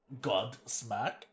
Godsmack